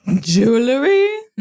Jewelry